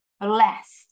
blessed